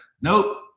nope